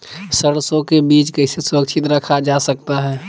सरसो के बीज कैसे सुरक्षित रखा जा सकता है?